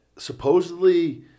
Supposedly